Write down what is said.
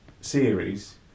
series